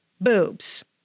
boobs